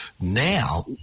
Now